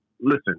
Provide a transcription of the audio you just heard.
listen